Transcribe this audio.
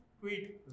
tweet